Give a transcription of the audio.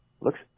Looks